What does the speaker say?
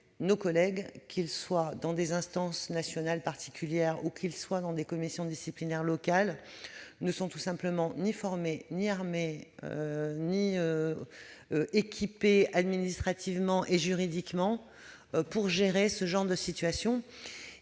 nos collègues, qu'ils siègent dans des instances nationales particulières ou dans des commissions disciplinaires locales, ne sont ni formés ni équipés administrativement et juridiquement pour gérer ce genre de situations.